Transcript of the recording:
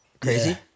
crazy